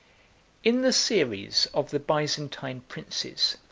in the series of the byzantine princes,